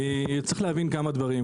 צריך להבין כמה דברים.